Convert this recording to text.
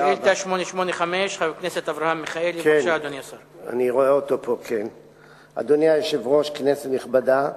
לצדדים החל מ-21 בינואר 2010. רצוני לשאול: 1. כיצד נערכו בתי-הדין הרבניים ליישום התיקון?